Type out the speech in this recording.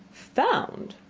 found!